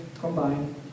combined